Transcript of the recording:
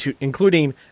including